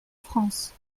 france